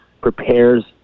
prepares